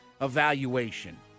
evaluation